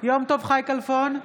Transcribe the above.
יום טוב חי כלפון,